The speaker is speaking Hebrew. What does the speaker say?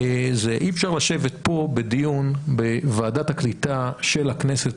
אי אפשר לשבת פה בדיון בוועדת הקליטה של הכנסת,